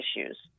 issues